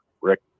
Rick